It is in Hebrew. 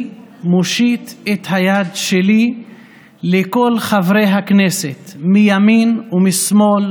אני מושיט את היד שלי לכל חברי הכנסת מימין ומשמאל